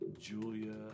Julia